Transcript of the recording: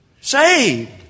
saved